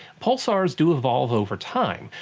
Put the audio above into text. pulsars do evolve over time,